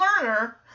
learner